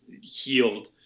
healed